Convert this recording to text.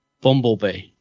Bumblebee